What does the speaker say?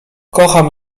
kocham